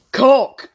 cock